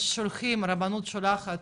הרבנות שולחת,